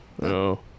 No